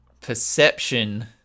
perception